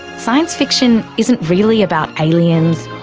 science fiction isn't really about aliens,